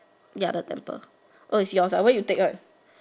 ya the temple oh it's yours ah where you take one